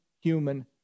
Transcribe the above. human